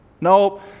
nope